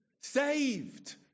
Saved